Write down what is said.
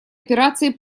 операции